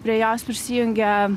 prie jos prisijungė